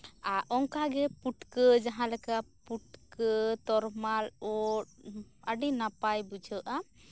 ᱚᱱᱠᱟᱜᱮ ᱯᱩᱴᱠᱟᱹ ᱡᱟᱦᱟᱸᱞᱮᱠᱟ ᱯᱩᱴᱠᱟᱹ ᱛᱚᱨᱢᱟᱨ ᱳᱫ ᱟᱹᱰᱤ ᱱᱟᱯᱟᱭ ᱵᱩᱡᱷᱟᱹᱜᱼᱟ